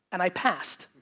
and i passed,